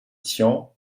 tian